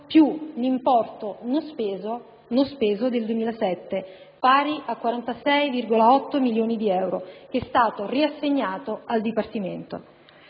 più l'importo non speso del 2007, pari a 46,8 milioni di euro, che è stato riassegnato al Dipartimento).